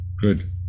good